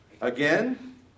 Again